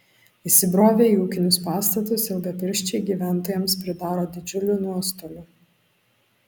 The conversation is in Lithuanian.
įsibrovę į ūkinius pastatus ilgapirščiai gyventojams pridaro didžiulių nuostolių